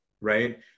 right